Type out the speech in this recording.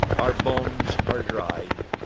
our bones are dried,